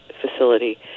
facility